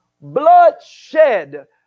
bloodshed